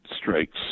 strikes